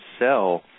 sell